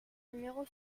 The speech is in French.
numéro